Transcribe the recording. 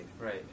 Right